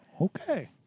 Okay